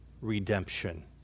redemption